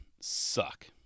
suck